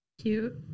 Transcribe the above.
Cute